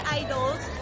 idols